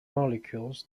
molecules